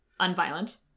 unviolent